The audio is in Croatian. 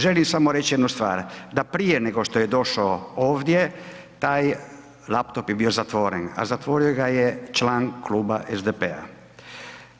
Želim samo reći jednu stvar, da prije nego što je došao ovdje, taj laptop je bio zatvoren, a zatvorio ga je član kluba SDP-a.